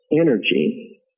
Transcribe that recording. energy